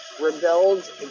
rebelled